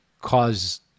cause